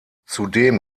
zudem